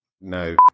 no